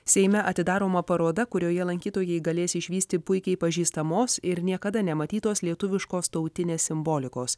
seime atidaroma paroda kurioje lankytojai galės išvysti puikiai pažįstamos ir niekada nematytos lietuviškos tautinės simbolikos